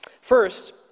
First